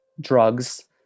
drugs